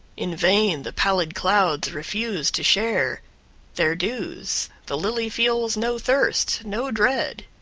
in vain the pallid clouds refuse to share their dews the lily feels no thirst, no dread.